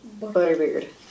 Butterbeard